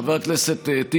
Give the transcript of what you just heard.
חבר הכנסת טיבי,